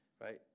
right